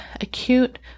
acute